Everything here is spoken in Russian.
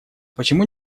почему